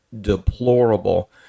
deplorable